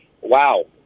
wow